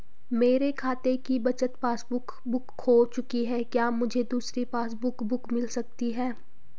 मेरे खाते की बचत पासबुक बुक खो चुकी है क्या मुझे दूसरी पासबुक बुक मिल सकती है?